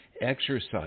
Exercise